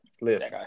Listen